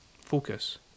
focus